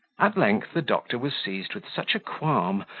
at length the doctor was seized with such a qualm,